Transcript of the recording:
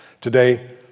Today